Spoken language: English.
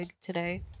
today